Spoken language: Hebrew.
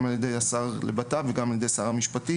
גם על ידי השר לבט"פ וגם על ידי שר המשפטים,